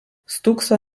stūkso